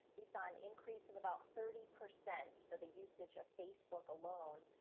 we saw an increase of about thirty percent for the usage of facebook alone,